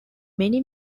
many